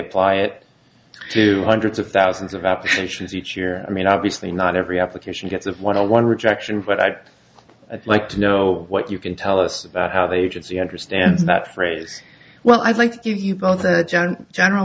apply it to hundreds of thousands of applications each year i mean obviously not every application gets of one on one rejection but i'd like to know what you can tell us about how the agency understands that phrase well i'd like to give you both a general